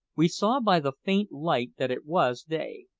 we saw by the faint light that it was day,